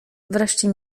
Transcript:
wreszcie